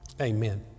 amen